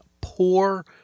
poor